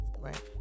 Right